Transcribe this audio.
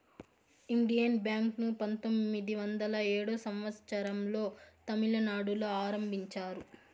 Indian bank ను పంతొమ్మిది వందల ఏడో సంవచ్చరం లో తమిళనాడులో ఆరంభించారు